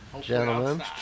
gentlemen